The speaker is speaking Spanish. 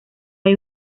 hay